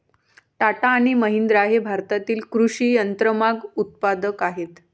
टाटा आणि महिंद्रा हे भारतातील कृषी यंत्रमाग उत्पादक आहेत